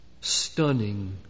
stunning